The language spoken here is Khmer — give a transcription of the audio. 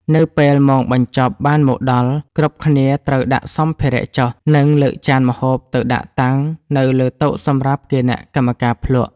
នៅពេលម៉ោងបញ្ចប់បានមកដល់ គ្រប់គ្នាត្រូវដាក់សម្ភារៈចុះ និងលើកចានម្ហូបទៅដាក់តាំងនៅលើតុសម្រាប់គណៈកម្មការភ្លក្ស។